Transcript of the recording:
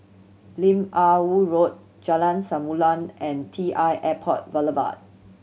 Lim Ah Woo Road Jalan Samulun and T I Airport Boulevard